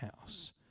house